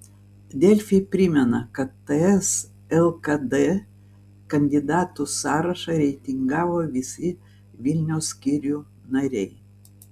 delfi primena kad ts lkd kandidatų sąrašą reitingavo visi vilniaus skyrių nariai